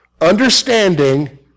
understanding